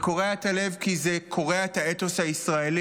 זה קורע את הלב כי זה קורע את האתוס הישראלי,